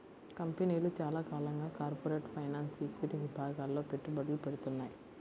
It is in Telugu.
కంపెనీలు చాలా కాలంగా కార్పొరేట్ ఫైనాన్స్, ఈక్విటీ విభాగాల్లో పెట్టుబడులు పెడ్తున్నాయి